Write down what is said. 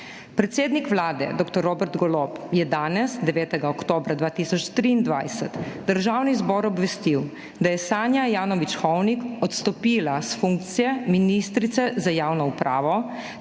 Predsednik Vlade dr. Robert Golob je danes, 9. oktobra 2023, Državni zbor obvestil, da je Sanja Ajanović Hovnik odstopila s funkcije ministrice za javno upravo